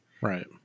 Right